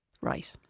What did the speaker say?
right